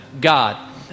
God